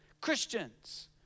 Christians